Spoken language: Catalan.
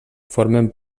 formen